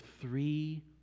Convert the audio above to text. three